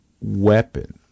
weapon